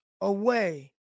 away